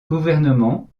gouvernement